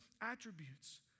attributes